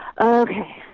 Okay